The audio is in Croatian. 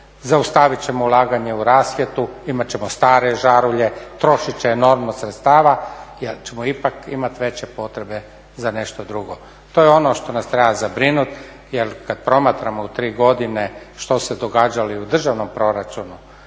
zaustavit ćemo ulaganje u rasvjetu, imat ćemo stare žarulje, trošit ćemo enormno sredstava jer ćemo ipak imati veće potrebe za nešto drugo. To je ono što nas treba zabrinuti jer kad promatramo u 3 godine što se događalo i u državnom proračunu